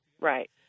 right